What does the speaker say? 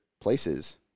places